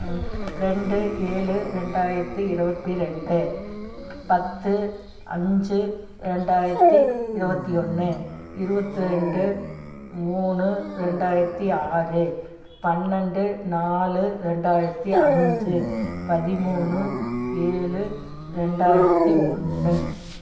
ரெண்டு ஏழு ரெண்டாயிரத்தி இருபத்தி ரெண்டு பத்து அஞ்சு ரெண்டாயிரத்தி இருபத்தி ஒன்று இருபத்து ரெண்டு மூணு ரெண்டாயிரத்தி ஆறு பன்னெண்டு நாலு ரெண்டாயிரத்தி அஞ்சு பதிமூணு ஏழு ரெண்டாயிரத்தி ஒன்று